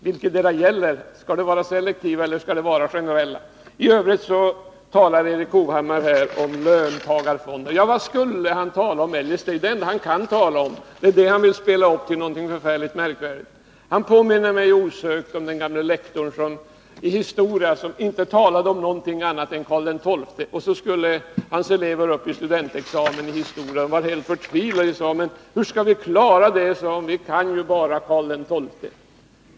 Vilketdera gäller? Skall det vara selektiva eller skall det vara generella insatser? I övrigt talar Erik Hovhammar om löntagarfonder! Ja, vad skulle han eljest tala om? Det är ju det enda han kan tala om. Det är detta han vill spela upp till någonting förfärligt märkvärdigt. Erik Hovhammar påminner mig osökt om den gamle lektorn i historia som inte talade om någonting annat än Karl XII. Så skulle hans elever upp i historia i studentexamen. De var rent förtvivlade och sade: Hur skall vi klara det här? Vi kan ju bara Karl XII.